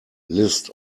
list